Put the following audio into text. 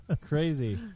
Crazy